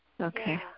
Okay